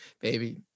baby